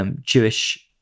Jewish